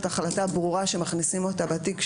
החלטה ברורה שמכניסים אותה לתיק שנפתח,